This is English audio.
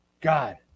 god